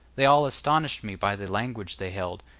they all astonished me by the language they held,